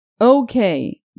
Okay